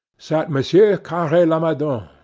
sat monsieur carre-lamadon,